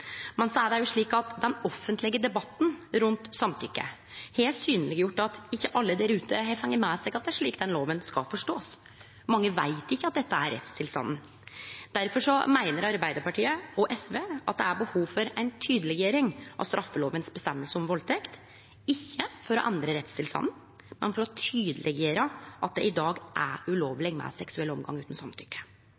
men den offentlege debatten rundt samtykke har synleggjort at ikkje alle der ute har fått med seg at det er slik denne lova skal forståast. Mange veit ikkje at dette er rettstilstanden. Difor meiner Arbeidarpartiet og SV at det er behov for ei tydeleggjering av føresegna om valdtekt i straffelova – ikkje for å endre rettstilstanden, men for å tydeleggjere at det i dag er